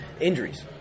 injuries